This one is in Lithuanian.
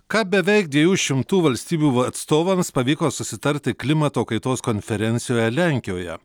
ką beveik dviejų šimtų valstybių atstovams pavyko susitarti klimato kaitos konferencijoje lenkijoje